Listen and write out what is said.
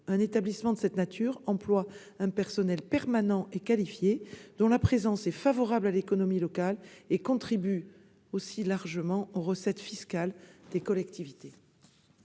Un établissement de cette nature emploie un personnel permanent et qualifié, dont la présence est favorable à l'économie locale et contribue aux recettes fiscales des collectivités.